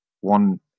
one